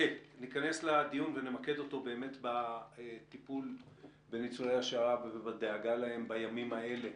ניכנס לדיון ונמקד אותו בטיפול בניצולי השואה ובדאגה להם בימים האלה,